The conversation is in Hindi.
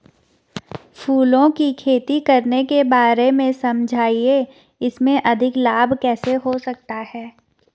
फूलों की खेती करने के बारे में समझाइये इसमें अधिक लाभ कैसे हो सकता है?